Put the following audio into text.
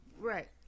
right